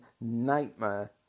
nightmare